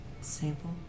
Sample